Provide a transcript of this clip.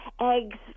eggs